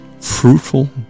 fruitful